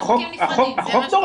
החוק דורש.